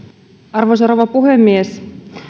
arvoisa rouva puhemies